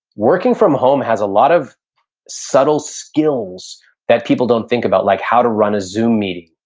working from home has a lot of subtle skills that people don't think about like, how to run a zoom meeting.